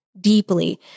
deeply